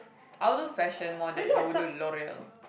I will do fashion more than I will do LOREAL